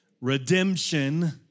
redemption